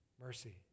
mercy